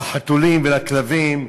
לחתולים ולכלבים.